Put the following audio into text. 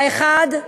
האחד,